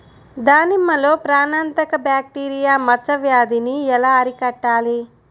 దానిమ్మలో ప్రాణాంతక బ్యాక్టీరియా మచ్చ వ్యాధినీ ఎలా అరికట్టాలి?